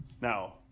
Now